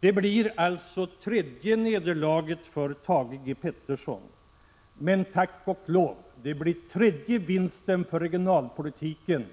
Det blir alltså tredje nederlaget för Thage G. Peterson — men tack och lov också tredje vinsten för regionalpolitiken,